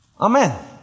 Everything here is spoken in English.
Amen